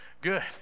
Good